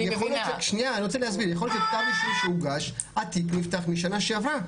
יכול להיות שכתב אישום שהוגש התיק נפתח משנה שעברה,